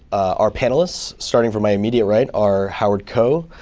our panelists starting from my immediate right are howard koh,